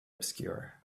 obscure